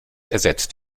ersetzt